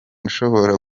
ushobora